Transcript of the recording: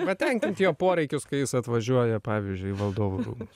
patenkinti jo poreikius kai jis atvažiuoja pavyzdžiui į valdovų rūmus